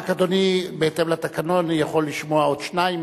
אדוני בהתאם לתקנון יכול לשמוע עוד שניים,